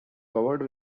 covered